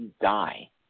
die